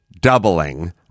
doubling